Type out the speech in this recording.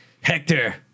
Hector